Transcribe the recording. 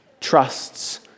trusts